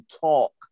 talk